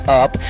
up